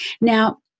Now